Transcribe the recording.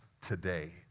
today